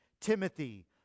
Timothy